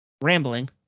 rambling